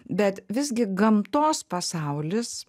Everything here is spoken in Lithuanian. bet visgi gamtos pasaulis